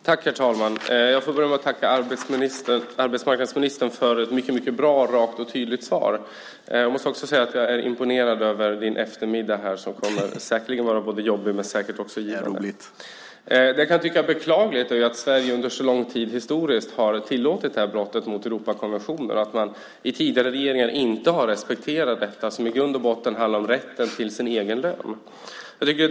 Herr talman! Jag börjar med att tacka arbetsmarknadsministern för ett mycket bra, rakt och tydligt svar. Jag måste också få säga att jag är imponerad över din eftermiddag här. Den kommer säkerligen att vara både jobbig och rolig. Jag kan tycka att det är beklagligt att Sverige under så lång tid historiskt har tillåtit det här brottet mot Europakonventioner och att tidigare regeringar inte har respekterat dessa. Det handlar ju i grund och botten om rätten till sin egen lön.